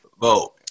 vote